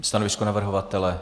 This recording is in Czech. Stanovisko navrhovatele?